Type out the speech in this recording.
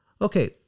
Okay